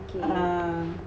a'ah